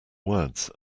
words